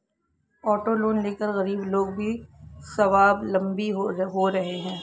auto loan लेकर गरीब लोग भी स्वावलम्बी हो रहे हैं